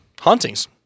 hauntings